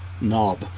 knob